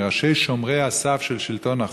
מראשי שומרי הסף של שלטון החוק,